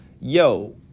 yo